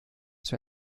zur